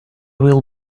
will